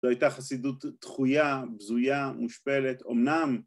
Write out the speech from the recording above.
‫זו הייתה חסידות דחויה, ‫בזויה, מושפלת, אמנם...